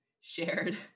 shared